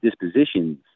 dispositions